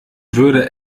würde